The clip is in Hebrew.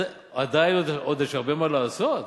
עדיין עוד יש הרבה מה לעשות,